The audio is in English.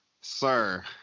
Sir